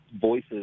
voices